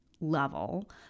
level